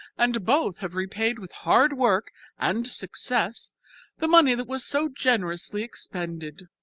and both have repaid with hard work and success the money that was so generously expended.